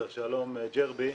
שר שלום ג'רבי,